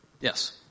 yes